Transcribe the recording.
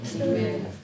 Amen